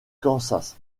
kansas